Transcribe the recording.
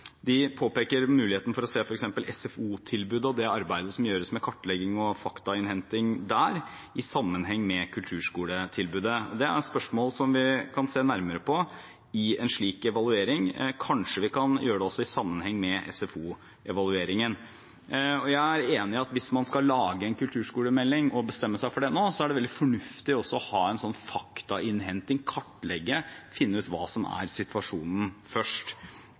De påpeker muligheten for å se f.eks. SFO-tilbudet og det arbeidet som gjøres med kartlegging og faktainnhenting der, i sammenheng med kulturskoletilbudet. Det er spørsmål vi kan se nærmere på i en slik evaluering. Kanskje vi kan gjøre det også i sammenheng med SFO-evalueringen. Jeg er enig i at hvis man skal lage en kulturskolemelding og bestemme seg for det nå, er det veldig fornuftig å ha en slik faktainnhenting, å kartlegge og først finne ut hva som er situasjonen.